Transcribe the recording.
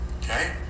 okay